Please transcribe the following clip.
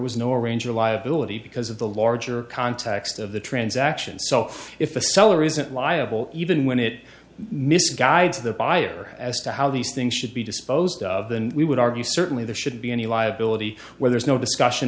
was no range of liability because of the larger context of the transaction so if a seller isn't liable even when it misguides the buyer as to how these things should be disposed of than we would argue certainly there should be any liability where there's no discussion